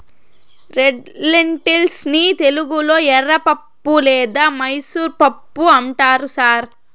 red lentils ని తెలుగులో ఎర్రపప్పు లేదా మైసూర్ పప్పు అంటారు సార్